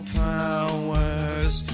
powers